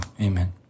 amen